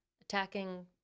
attacking